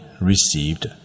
received